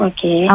Okay